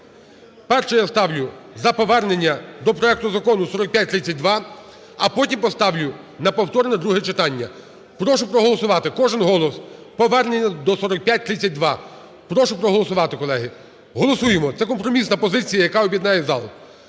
Перше я ставлю за повернення до проект Закону 4532, а потім поставлю на повторне друге читання. Прошу проголосувати, кожен голос, повернення до 4532. Прошу проголосувати, колеги. Голосуємо, це компромісна позиція, яка об'єднає зал.